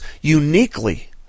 uniquely